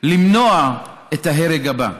למנוע את ההרג הבא.